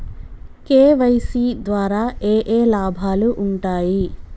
KYC ద్వారా ఏఏ లాభాలు ఉంటాయి?